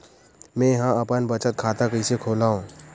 मेंहा अपन बचत खाता कइसे खोलव?